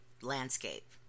landscape